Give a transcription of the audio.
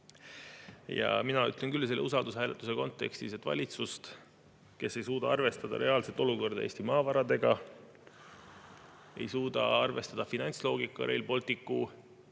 Mina küll ütlen selle usaldushääletuse kontekstis, et valitsust, kes ei suuda arvestada reaalset olukorda Eesti maavaradega, ei suuda arvestada finantsloogikaga Rail Balticu